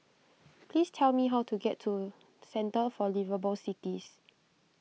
please tell me how to get to Centre for Liveable Cities